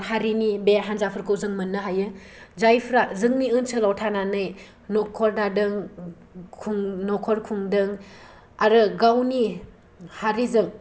हारिनि बे हानजाफोरखौ जों मोननो हायो जायफोरा जोंनि ओनसोलाव थानानै न'खर दादों न'खर खुंदों आरो गावनि हारिजों